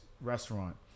restaurant